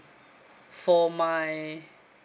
for my